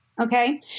Okay